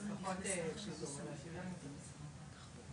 זה פחות שוויון אלא שוויון הזדמנויות.